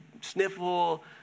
sniffle